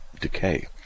decay